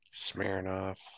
smirnoff